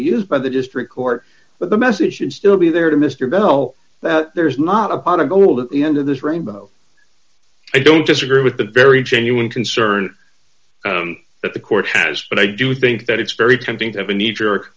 use by the district court but the message should still be there to mr bell that there's not a pot of gold at the end of this rainbow i don't disagree with the very genuine concern that the court has but i do think that it's very tempting to have a knee jerk